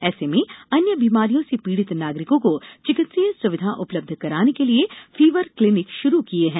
ऐसे में अन्य बीमारियों से पीड़ित नागरिकों को चिकित्सीय सुविधा उपलब्ध कराने के लिए फीवर क्लिनिक षुरु किए हैं